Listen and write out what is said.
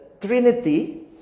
Trinity